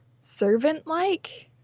servant-like